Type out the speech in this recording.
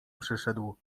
przyszedł